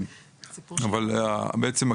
אבל בעצם,